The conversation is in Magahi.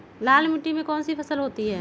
लाल मिट्टी में कौन सी फसल होती हैं?